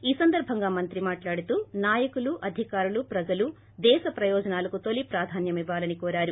ఈ సందర్భంగా మంత్రి మాట్లాడుతూ నాయకులు అధికారులు ప్రజలు దేశప్రయోజనాలకు తొలి ప్రాధాన్యమివ్వాలని కోరారు